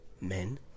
men